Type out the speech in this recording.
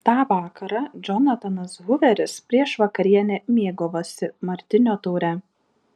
tą vakarą džonatanas huveris prieš vakarienę mėgavosi martinio taure